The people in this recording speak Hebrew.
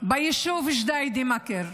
ביישוב ג'דידה מכר.